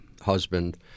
husband